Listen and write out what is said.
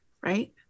right